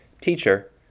Teacher